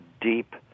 deep